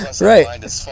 right